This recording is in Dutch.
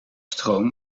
stroom